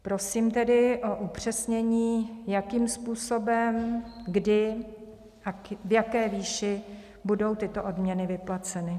Prosím tedy o upřesnění, jakým způsobem, kdy a v jaké výši budou tyto odměny vyplaceny.